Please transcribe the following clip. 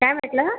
काय म्हटलं